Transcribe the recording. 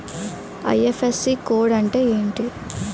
IFSC code అంటే ఏంటి?